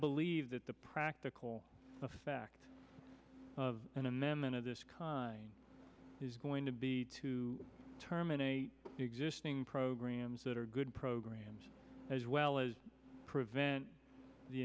believe that the practical effect of an amendment of this is going to be to terminate existing programs that are good programs as well as prevent the